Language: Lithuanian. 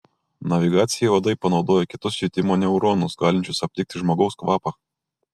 navigacijai uodai panaudojo kitus jutimo neuronus galinčius aptikti žmogaus kvapą